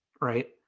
right